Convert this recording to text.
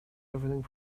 everything